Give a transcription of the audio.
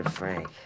Frank